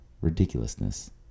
ridiculousness